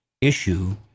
issue